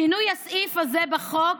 שינוי סעיף זה בחוק